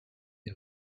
der